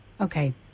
Okay